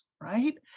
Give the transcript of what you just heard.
right